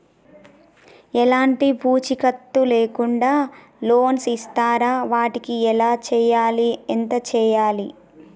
ఎలాంటి పూచీకత్తు లేకుండా లోన్స్ ఇస్తారా వాటికి ఎలా చేయాలి ఎంత చేయాలి?